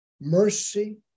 mercy